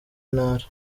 ntara